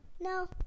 no